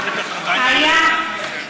היה,